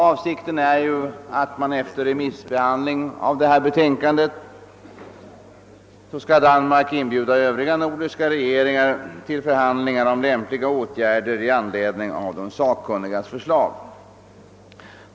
Avsikten är att Danmark efter remissbehandlingen av utredningens betänkande skall inbjuda övriga nordiska regeringar till förhandlingar om lämpliga åtgärder i anledning av de sakkunnigas förslag.